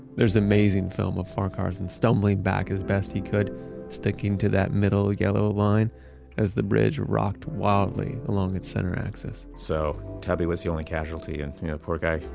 there's an amazing film of farquharson stumbling back as best he could sticking to that middle yellow line as the bridge rocked wildly along its center axis so tubby was the only casualty and the poor guy,